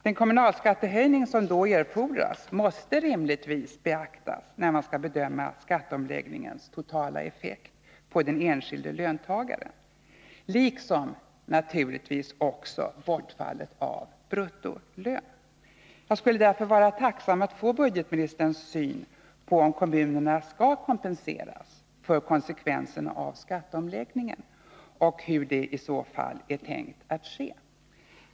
Den kommunalskattehöjning som då erfordras måste rimligtvis beaktas vid bedömningen av skatteomläggningens totala effekt när det gäller den enskilde löntagaren liksom naturligtvis också bortfallet av bruttolön. Jag skulle därför vara tacksam att få del av budgetministerns synpunkter på om kommunerna skall kompenseras för konsekvenserna av skatteomläggningen och hur det i så fall är tänkt att ske.